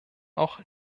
auch